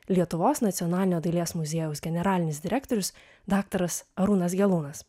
lietuvos nacionalinio dailės muziejaus generalinis direktorius daktaras arūnas gelūnas